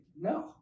no